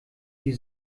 die